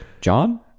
john